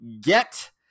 get